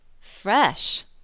Fresh